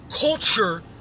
culture